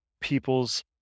people's